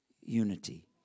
unity